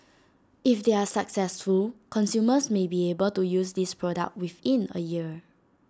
if they are successful consumers may be able to use this product within A year